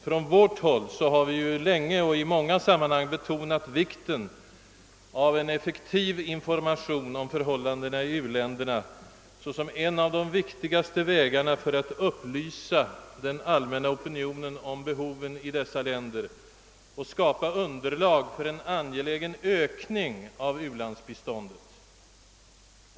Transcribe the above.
Folkpartiet har länge och i många sammanhang understrukit betydelsen av en effektiv information om förhållandena i u-länderna såsom en av de viktigaste vägarna för att upplysa den allmänna opinionen om behoven i dessa länder och skapa underlag för en angelägen ökning av u-landsbiståndet.